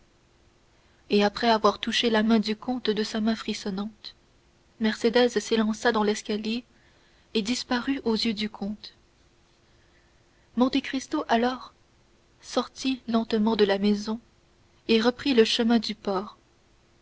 et après avoir touché la main du comte de sa main frissonnante mercédès s'élança dans l'escalier et disparut aux yeux du comte monte cristo alors sortit lentement de la maison et reprit le chemin du port